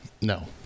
No